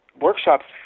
workshops